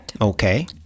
Okay